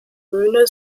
bühne